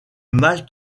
malt